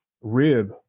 rib